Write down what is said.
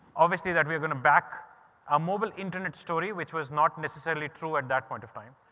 obviously that we are going to back our mobile internet story which was not necessarily true at that point of time,